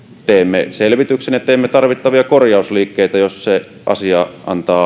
teemme selvityksen ja teemme tarvittavia korjausliikkeitä jos se asia antaa